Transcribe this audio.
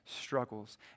struggles